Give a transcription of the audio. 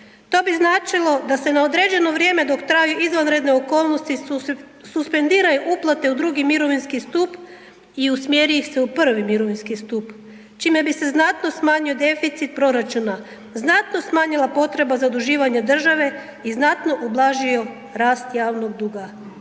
To bi značilo da se na određeno vrijeme dok traju izvanredne okolnosti suspendiraju uplate u drugi mirovinski stup i usmjeri ih se u prvi mirovinski stup, čime bi se znatno smanjio deficit proračuna, znatno smanjila potreba zaduživanja države i znatno ublažio rast javnog duga,